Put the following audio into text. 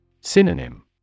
Synonym